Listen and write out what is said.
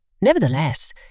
Nevertheless